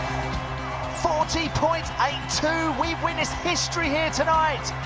forty point eight two. we've witnessed history here tonight.